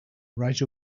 right